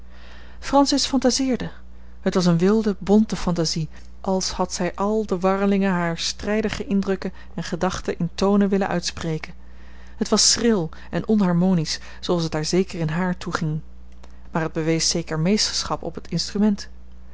francis fantaseerde het was een wilde bonte fantasie als had zij al de warrelingen harer strijdige indrukken en gedachten in tonen willen uitspreken het was schril en onharmonisch zooals het daar zeker in haar toeging maar het bewees zekere meesterschap op het instrument